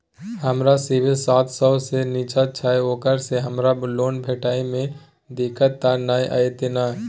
हमर सिबिल सात सौ से निचा छै ओकरा से हमरा लोन भेटय में दिक्कत त नय अयतै ने?